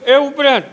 એ ઉપરાંત